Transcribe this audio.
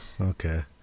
okay